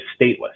stateless